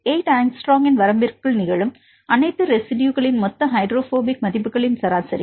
8 ஆங்ஸ்ட்ரோமின் வரம்பிற்குள் நிகழும் அனைத்து ரெஸிட்யுகளின் மொத்த ஹைட்ரோபோபிக் மதிப்புகளின் சராசரி